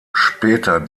später